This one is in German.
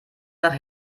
nach